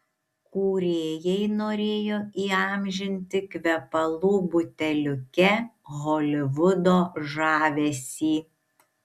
kūrėjai norėjo įamžinti kvepalų buteliuke holivudo žavesį